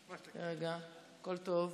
תירגע, הכול טוב.